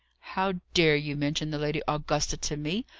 how dare you mention the lady augusta to me?